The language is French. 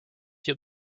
fit